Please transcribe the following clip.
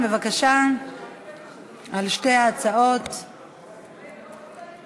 אס.אם.אס או הודעות מוקלטות,